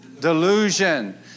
Delusion